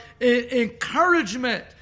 encouragement